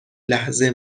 لحظه